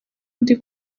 ndi